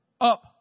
up